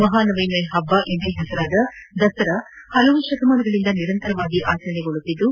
ಮಹಾನವಮಿ ಹಬ್ಲ ಎಂದೇ ಹೆಸರಾದ ದಸರಾ ಹಲವು ಶತಮಾನಗಳಿಂದ ನಿರಂತರವಾಗಿ ಆಚರಣೆಗೊಳ್ಲುತ್ತಿದ್ದು